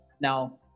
now